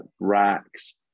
racks